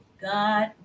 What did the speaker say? God